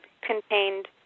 contained